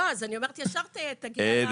לא, אז אני אומרת, ישר תגיע לתכלס.